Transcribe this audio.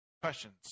Questions